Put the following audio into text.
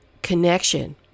connection